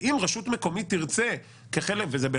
אם רשות מקומית תרצה להגיד: